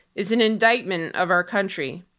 is an indictment of our country.